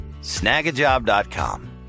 snagajob.com